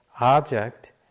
object